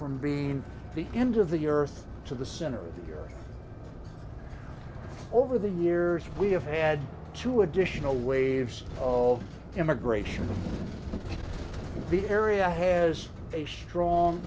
from being the end of the earth to the center of the year over the years we have had two additional waves of immigration the area has a strong